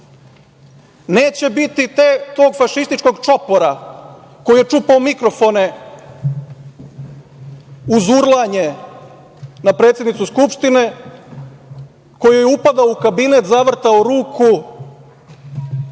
Neće biti tog fašističkog čopora koji je čupao mikrofone uz urlanje na predsednicu Skupštine, koji je upadao u kabinet, zavrtao ruku,